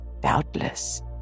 Doubtless